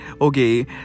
okay